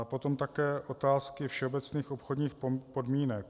Potom také otázky všeobecných obchodních podmínek.